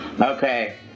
okay